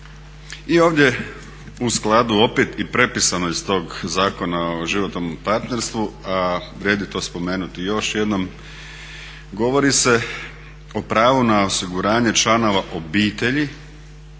I ovdje u skladu opet i prepisano iz tog Zakona o životnom partnerstvu a vrijedi to spomenuti još jednom govori se o pravu na osiguranje članova obitelji